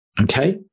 Okay